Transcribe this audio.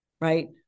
Right